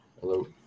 hello